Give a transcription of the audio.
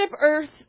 earth